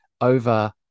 over